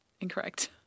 Incorrect